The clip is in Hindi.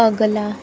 अगला